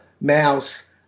mouse